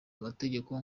amategeko